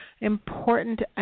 important